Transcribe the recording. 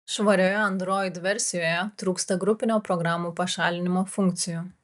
švarioje android versijoje trūksta grupinio programų pašalinimo funkcijų